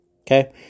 okay